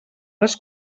les